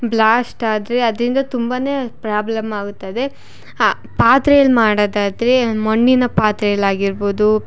blast ಆದರೆ ಅದರಿಂದ ತುಂಬಾ ಪ್ರಾಬ್ಲಮ್ ಆಗುತ್ತದೆ ಪಾತ್ರೆಯಲ್ಲಿ ಮಾಡೊದಾದ್ರೆ ಮಣ್ಣಿನ ಪಾತ್ರೆಯಲ್ಲಿ ಆಗಿರ್ಬೋದು